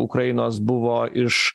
ukrainos buvo iš